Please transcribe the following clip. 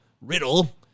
riddle